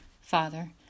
Father